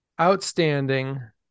outstanding